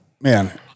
man